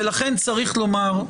ולכן צריך לומר,